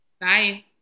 Bye